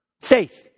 Faith